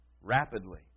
rapidly